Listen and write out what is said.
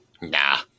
Nah